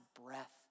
breath